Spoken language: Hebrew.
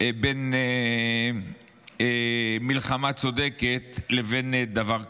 בין מלחמה צודקת לבין דבר כזה.